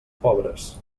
pobres